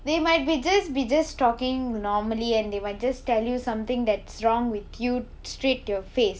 they might be just be just talking normally and they might just tell you something that's wrong with you straight to your face